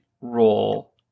role